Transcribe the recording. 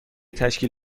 تشکیل